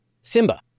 Simba